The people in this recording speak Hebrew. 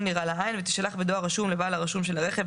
נראה לעין ותישלח בדואר רשום לבעל הרשום של הרכב,